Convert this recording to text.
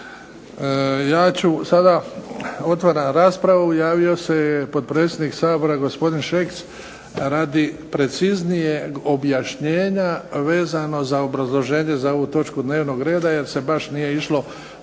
ili slično. Otvaram raspravu. Javio se potpredsjednik Sabora, gospodin Šeks, radi preciznijeg objašnjenja vezano za obrazloženje za ovu točku dnevnog reda jer se baš nije išlo